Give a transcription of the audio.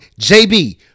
JB